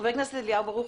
חבר הכנסת אליהו ברוכי,